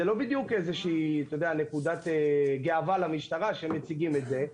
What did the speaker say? זה לא בדיוק נקודת גאווה למשטרה שהם מציגים את זה.